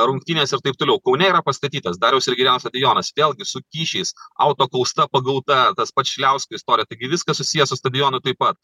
rungtynės ir taip toliau kaune yra pastatytas dariaus ir girėno stadionas vėlgi su kyšiais autokausta pagauta tas pats šiliausko istorija taigi viskas susiję su stadionu taip pat